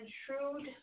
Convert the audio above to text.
shrewd